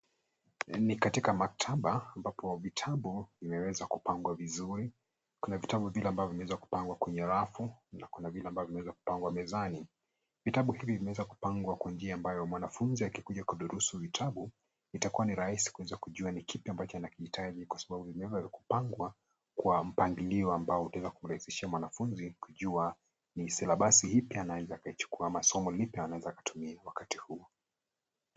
Ni katika maktaba ambapo vitabu vimeweza kupangwa vizuri. Kuna vitabu vile ambavyo vimeweza kupangwa kwenye rafu na vile ambavyo vimeweza vimepangwa mezani. Vitabu hivi vimeweza kupangwa kwa njia ambayo mwanafunzi akikuja kudurusu vitabu, itakuwa ni rahisi kuja kujua ni kipi ambacho anaweza anakihitaji kwa sababu vimeweza kupangwa kwa mpangilio ambao inaweza kurahisisha mwanafunzi kujua ni silabasi ipi anaweza akaichukua ama ni somo lipi anaweza kutumia wakati huu.